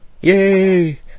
yay